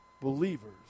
Believers